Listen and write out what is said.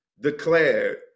declared